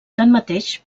tanmateix